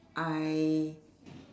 I